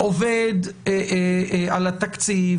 עובד על התקציב,